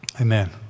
Amen